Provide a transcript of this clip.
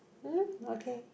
mm okay